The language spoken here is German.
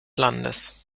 landes